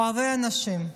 אוהבי אנשים.